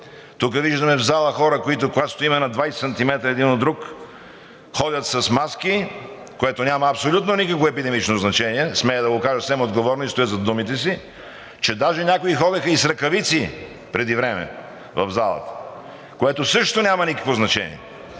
Виждаме в залата хора, когато стоим на 20 сантиметра един друг, ходят с маски, което няма абсолютно никакво епидемично значение – смея да го кажа съвсем отговорно и стоя зад думите си, че даже някои ходеха и с ръкавици преди време в залата, което също няма никакво значение.